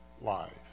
life